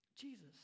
Jesus